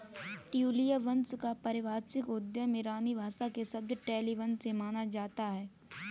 ट्यूलिया वंश का पारिभाषिक उद्गम ईरानी भाषा के शब्द टोलिबन से माना जाता है